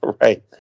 Right